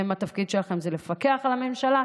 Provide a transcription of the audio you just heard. התפקיד שלכם זה לפקח על הממשלה,